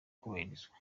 kubahirizwa